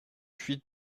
huit